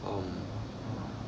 um